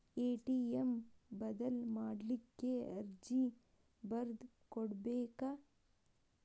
ATM ಬದಲ್ ಮಾಡ್ಲಿಕ್ಕೆ ಅರ್ಜಿ ಬರ್ದ್ ಕೊಡ್ಬೆಕ